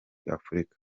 afurika